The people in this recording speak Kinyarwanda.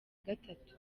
gatatu